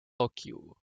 tokyo